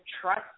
trust